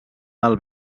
del